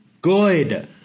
good